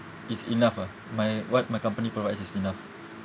it's enough ah my what my company provides is enough